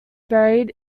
buried